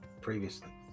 previously